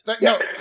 no